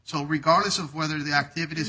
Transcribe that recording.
so regardless of whether the activit